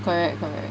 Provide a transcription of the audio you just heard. correct correct